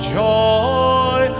joy